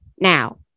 now